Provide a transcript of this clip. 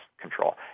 control